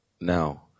now